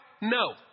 No